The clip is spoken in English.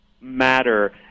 Matter